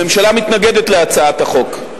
הממשלה מתנגדת להצעת החוק,